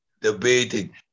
debating